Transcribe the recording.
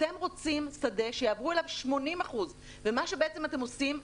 אתם רוצים שדה שיעברו אליו 80 אחוזים ומה שבעצם אתם עושים,